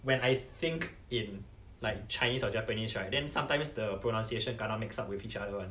when I think in like chinese or japanese right then sometimes the pronunciation kena mixed up with each other [one]